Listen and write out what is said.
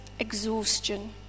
Exhaustion